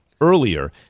earlier